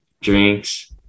drinks